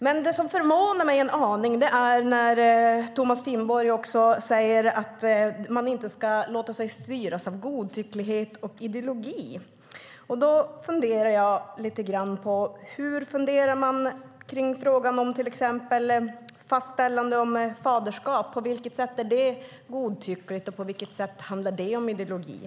Det som dock förvånar mig en aning är när Thomas Finnborg också säger att man inte ska låta sig styras av godtycklighet och ideologi. Då funderar jag lite grann på hur man tänker kring frågan om till exempel fastställande av faderskap. På vilket sätt är det godtyckligt, och på vilket sätt handlar det om ideologi?